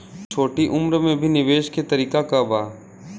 छोटी उम्र में भी निवेश के तरीका क बा?